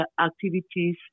activities